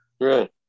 right